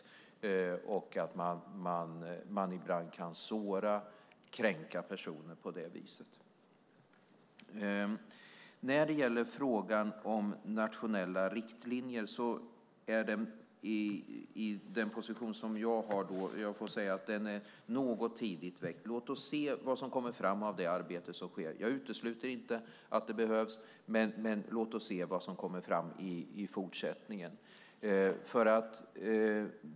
Då kan man ibland såra och kränka personer på det viset. När det gäller frågan om nationella riktlinjer får jag säga att den är något tidigt väckt. Låt oss se vad som kommer fram av det arbete som pågår. Jag utesluter inte att det behövs, men låt oss först se vad som kommer fram i fortsättningen.